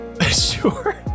Sure